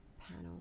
panel